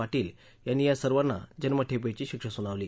पाटील यांनी या सर्वांना जन्मठेपेची शिक्षा सुनावली